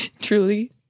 Truly